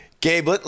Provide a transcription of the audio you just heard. Gabe